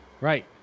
right